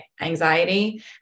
anxiety